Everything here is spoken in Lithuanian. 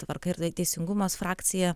tvarka ir teisingumas frakcija